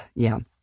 yeah.